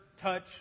touch